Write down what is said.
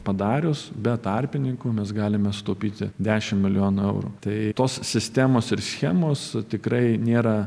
padarius be tarpininkų mes galime sutaupyti dešim milijonų eurų tai tos sistemos ir schemos tikrai nėra